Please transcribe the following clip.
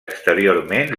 exteriorment